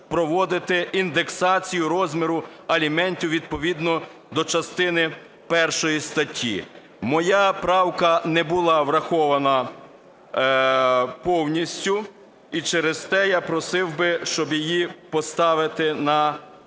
проводити індексацію розміру аліментів відповідно до частини першої статті. Моя правка не була врахована повністю і через те я просив би, щоб її поставити на